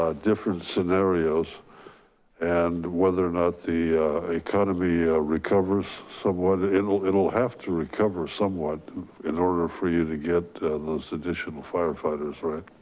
ah different scenarios and whether or not the economy recovers somewhat it'll it'll have to recover somewhat in order for for you to get those additional firefighters, right?